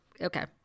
okay